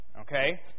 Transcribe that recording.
okay